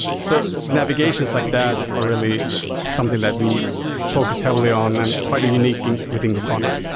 so navigations like that are really something that we focused heavily on and quite a unique and within grafana.